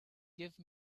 give